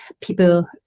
people